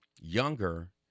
younger